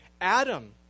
Adam